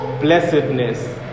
blessedness